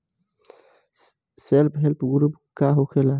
Self help group का होखेला?